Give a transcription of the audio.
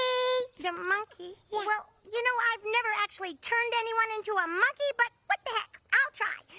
the monkey. well well you know, i've never actually turned anyone into a monkey but what the heck i'll try.